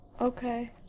Okay